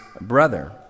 brother